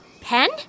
Pen